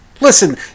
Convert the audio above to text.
listen